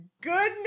goodness